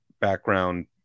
background